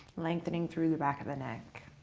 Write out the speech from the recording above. lengthening through the back of the neck.